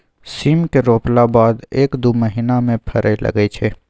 सीम केँ रोपला बाद एक दु महीना मे फरय लगय छै